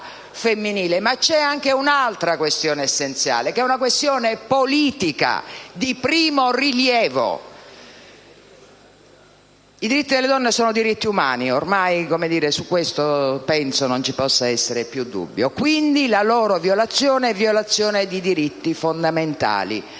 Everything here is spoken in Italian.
però anche un'altra questione essenziale, che è una questione politica di primo rilievo. I diritti delle donne sono diritti umani, e su questo ormai non penso ci possa essere più dubbio. Ne consegue che la loro violazione è violazione di diritti fondamentali,